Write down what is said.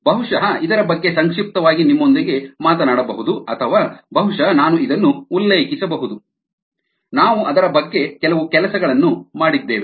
ಬಹುಶಃ ಇದರ ಬಗ್ಗೆ ಸಂಕ್ಷಿಪ್ತವಾಗಿ ನಿಮ್ಮೊಂದಿಗೆ ಮಾತನಾಡಬಹುದು ಅಥವಾ ಬಹುಶಃ ನಾನು ಇದನ್ನು ಉಲ್ಲೇಖಿಸಬಹುದು ನಾವು ಅದರ ಬಗ್ಗೆ ಕೆಲವು ಕೆಲಸಗಳನ್ನು ಮಾಡಿದ್ದೇವೆ